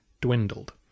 dwindled